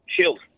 shield